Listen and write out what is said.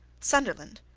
sunderland,